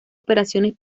operaciones